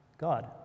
God